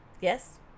yes